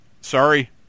sorry